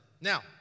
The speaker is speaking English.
Now